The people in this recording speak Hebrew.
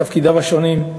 בתפקידיו השונים,